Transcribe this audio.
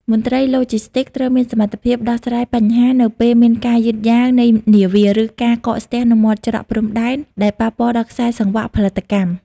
មន្ត្រីឡូជីស្ទីកត្រូវមានសមត្ថភាពដោះស្រាយបញ្ហានៅពេលមានការយឺតយ៉ាវនៃនាវា ឬការកកស្ទះនៅមាត់ច្រកព្រំដែនដែលប៉ះពាល់ដល់ខ្សែសង្វាក់ផលិតកម្ម។